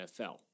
NFL